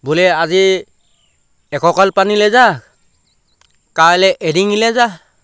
বোলে আজি এককাল পানীলৈ যা কাইলৈ এডিঙিলৈ যা